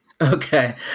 Okay